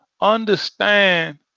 understand